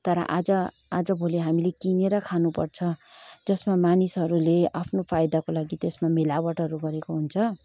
तर आज आजभोलि हामीले किनेर खानुपर्छ जसमा मानिसहरूले आफ्नो फाइदाको लागि त्यसमा मिलावटहरू गरेको हुन्छ